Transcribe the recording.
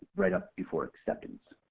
right up before acceptance.